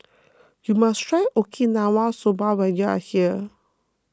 you must try Okinawa Soba when you are here